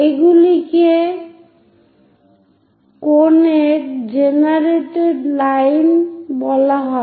এগুলিকে কোন এর জেনারেটেড লাইন বলা হয়